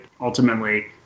Ultimately